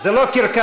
זה לא קרקס.